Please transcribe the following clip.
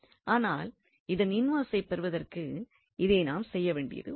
ஆனால் இதன் இன்வெர்ஸைப் பெறுவதற்காக இதை நாம் செய்ய வேண்டியுள்ளது